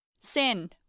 Sin